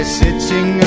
sitting